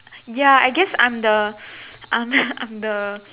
ya I guess I'm the I'm I'm the